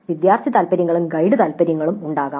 വിദ്യാർത്ഥി താത്പര്യങ്ങളും ഗൈഡ് താത്പര്യങ്ങളും ഉണ്ടാകാം